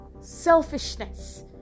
selfishness